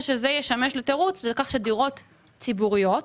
שזה ישמש לתירוץ לכך שדירות ציבוריות,